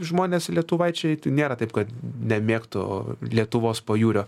žmonės lietuvaičiai nėra taip kad nemėgtų lietuvos pajūrio